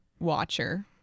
watcher